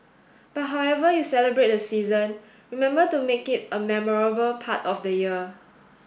but however you celebrate the season remember to make it a memorable part of the year